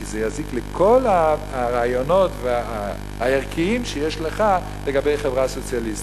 כי זה יזיק לכל הרעיונות הערכיים שיש לך לגבי חברה סוציאליסטית.